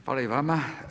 Hvala i vama.